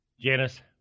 Janice